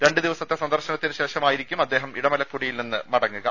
രണ്ട് ദിവസത്തെ സന്ദർശനത്തിന് ശേഷമായിരിക്കും അദ്ദേഹം ഇടമലക്കുടിയിൽ നിന്നും മടങ്ങുക